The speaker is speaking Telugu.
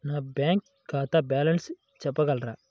నా బ్యాంక్ ఖాతా బ్యాలెన్స్ చెప్పగలరా?